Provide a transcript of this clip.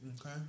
Okay